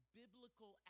biblical